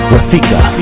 Rafika